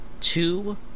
two